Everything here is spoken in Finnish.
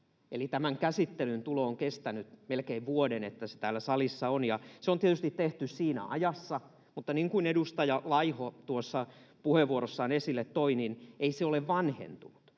tämän käsittelyyn tulo tänne saliin on kestänyt melkein vuoden, ja se on tietysti tehty siinä ajassa, mutta niin kuin edustaja Laiho tuossa puheenvuorossaan esille toi, ei se ole vanhentunut.